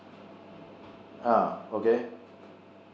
ah okay